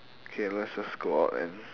okay let's just go out and